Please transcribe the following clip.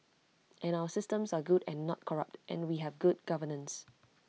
and our systems are good and not corrupt and we have good governance